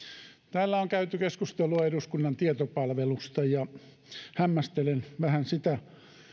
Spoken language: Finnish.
täällä on käyty keskustelua eduskunnan tietopalvelusta ja hämmästelen vähän sitä